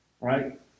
right